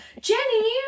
Jenny